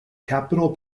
capitol